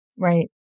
Right